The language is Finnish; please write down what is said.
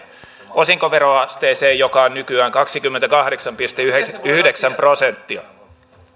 osinkoveroasteeseen joka on nykyään kaksikymmentäkahdeksan pilkku yhdeksän prosenttia